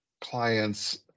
clients